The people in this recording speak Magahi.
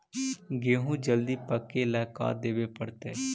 गेहूं जल्दी पके ल का देबे पड़तै?